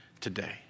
today